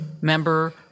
member